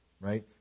right